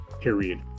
Period